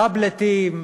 טאבלטים,